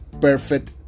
perfect